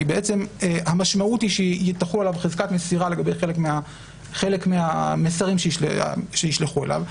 כי המשמעות היא שתחול עליו חזקת מסירה לגבי חלק מהמסרים שישלחו אליו.